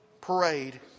parade